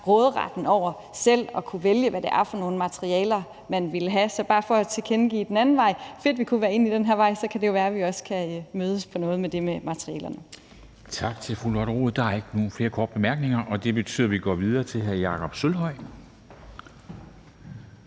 råderetten til at kunne vælge, hvad det er for nogle materialer, man vil have. Bare for at give en tilkendegivelse den anden vej: Fedt, at vi kan være enige om den her vej, for så kan det være, at vi også kan mødes om noget af det om materialerne. Kl. 14:22 Formanden (Henrik Dam Kristensen): Tak til fru Lotte Rod. Der er ikke flere korte bemærkninger, og det betyder, at vi går videre til hr. Jakob Sølvhøj,